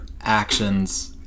actions